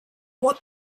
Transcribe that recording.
what